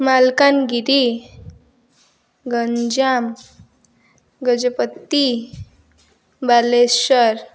Malkangiri Ganjam Gajapati Balasore